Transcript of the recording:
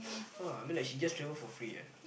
!wah! I mean like she just travel for free ah